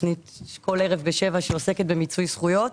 התוכנית כל ערב בשבע שעוסקת במיצוי זכויות.